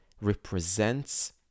represents